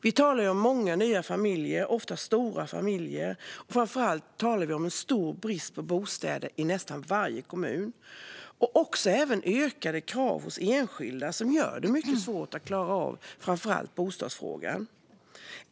Vi talar om många nya - och oftast stora - familjer. Framför allt talar vi om en stor brist på bostäder i nästan varje kommun. Det finns också ökade krav hos enskilda som gör det mycket svårt att klara av framför allt bostadsfrågan.